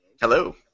Hello